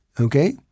Okay